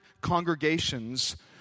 congregations